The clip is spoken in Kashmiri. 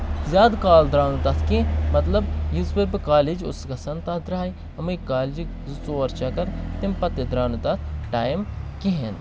زیادٕ کال دراو نہٕ تَتھ کیٚنٛہہ مطلب یِژھ پٲرۍ بہٕ کالج اوسُس گژھان تَتھ درایہِ یِمے کالیجِک زٕ ژور چکر تَمہِ پَتہٕ تہِ دراو نہٕ تَتھ ٹایم کِہینۍ